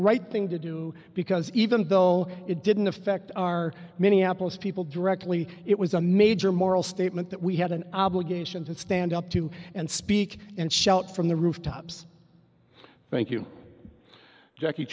right thing to do because even though it didn't affect our minneapolis people directly it was a major moral statement that we had an obligation to stand up to and speak and shout from the rooftops thank you